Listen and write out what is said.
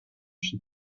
she